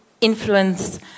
influence